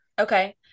Okay